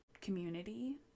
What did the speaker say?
community